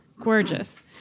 Gorgeous